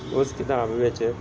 ਉਸ ਕਿਤਾਬ ਵਿੱਚ